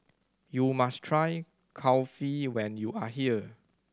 you must try Kulfi when you are here